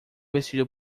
vestido